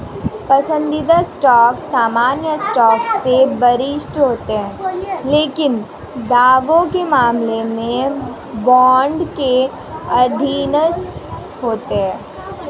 पसंदीदा स्टॉक सामान्य स्टॉक से वरिष्ठ होते हैं लेकिन दावों के मामले में बॉन्ड के अधीनस्थ होते हैं